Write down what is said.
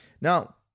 Now